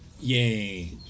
yay